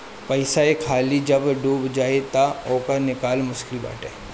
पईसा एक हाली जब डूब जाई तअ ओकर निकल मुश्लिक बाटे